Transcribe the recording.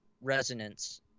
resonance